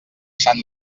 sant